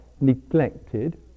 neglected